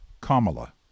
Kamala